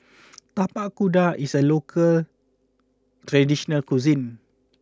Tapak Kuda is a local traditional cuisine